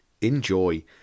Enjoy